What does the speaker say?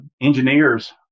engineers